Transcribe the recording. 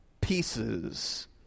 pieces